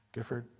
gifford?